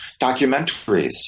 documentaries